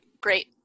great